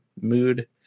mood